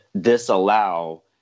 disallow